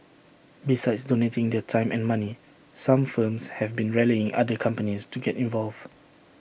besides donating their time and money some firms have been rallying other companies to get involved